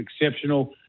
exceptional